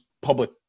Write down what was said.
public